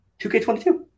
2K22